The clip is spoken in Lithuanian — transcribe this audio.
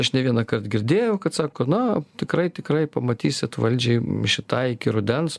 aš ne vienąkart girdėjau kad sako na tikrai tikrai pamatysit valdžiai šitai iki rudens